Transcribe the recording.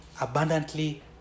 abundantly